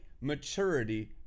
maturity